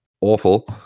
awful